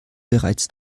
bereits